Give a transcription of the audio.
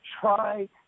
try